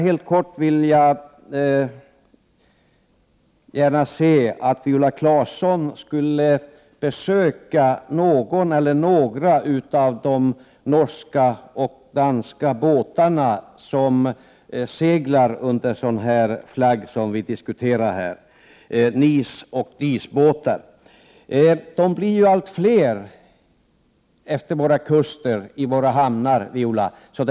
Helt kort skulle jag gärna vilja att Viola Claesson besökte någon eller några av de norska och danska båtar som seglar under sådan flagg som vi diskuterar här. Det handlar alltså om NIS och DIS-båtar. De blir allt fler utefter våra kuster och i våra hamnar, Viola Claesson.